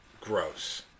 gross